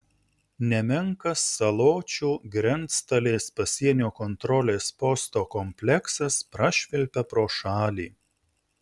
nemenkas saločių grenctalės pasienio kontrolės posto kompleksas prašvilpia pro šalį